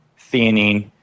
theanine